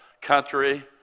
country